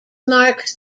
marks